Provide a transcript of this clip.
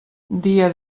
dia